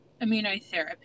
immunotherapy